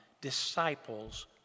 disciples